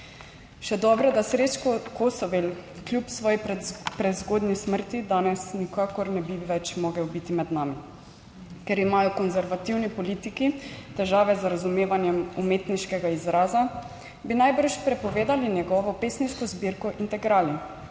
Še dobro, da Srečko Kosovel kljub svoji prezgodnji smrti danes nikakor ne bi več mogel biti med nami. Ker imajo konservativni politiki težave z razumevanjem umetniškega izraza, bi najbrž prepovedali njegovo pesniško zbirko Integrali,